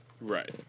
Right